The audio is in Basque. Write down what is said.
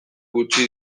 gutxi